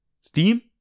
Steam